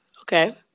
Okay